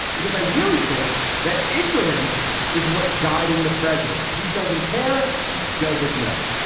because i really think that ignorance is what's guiding the president. he doesn't care and he doesn't know.